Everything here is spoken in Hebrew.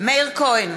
מאיר כהן,